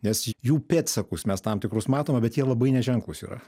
nes jų pėdsakus mes tam tikrus matome bet jie labai neženklūs yra